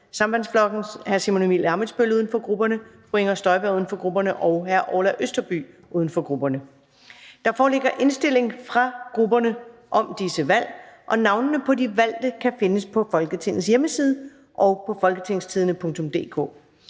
Der foreligger indstilling fra grupperne om disse valg. Navnene på de valgte kan findes på Folketingets hjemmeside og på www.folketingstidende.dk